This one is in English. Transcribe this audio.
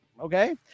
okay